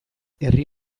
herri